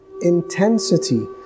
intensity